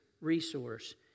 resource